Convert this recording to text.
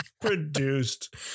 Produced